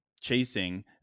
chasing